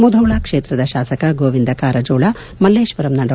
ಮುಧೋಳ ಕ್ಷೇತ್ರದ ಶಾಸಕ ಗೋವಿಂದ ಕಾರಜೋಳ ಮಲ್ಲೇಶ್ವರಂನ ಡಾ